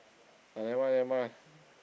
uh never mind never mind